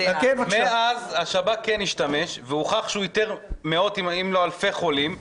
מאז השב"כ כן השתמש והוכח שהוא איתר מאות אם לא אלפי חולים,